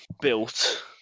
built